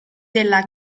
della